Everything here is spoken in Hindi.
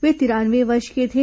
वे तिरानवे वर्ष के थे